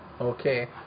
Okay